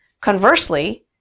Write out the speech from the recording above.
Conversely